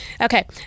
Okay